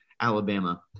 Alabama